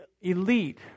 elite